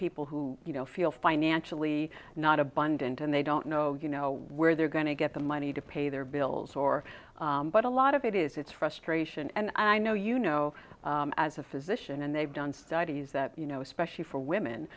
people who you know feel financially not abundant and they don't know you know where they're going to get the money to pay their bills or but a lot of it is it's frustration and i know you know as a physician and they've done studies that you know especially for women